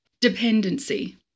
Dependency